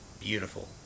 beautiful